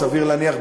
סביר להניח,